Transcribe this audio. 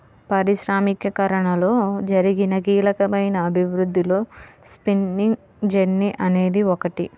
పారిశ్రామికీకరణలో జరిగిన కీలకమైన అభివృద్ధిలో స్పిన్నింగ్ జెన్నీ అనేది ఒకటి